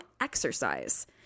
exercise